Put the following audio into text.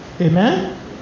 Amen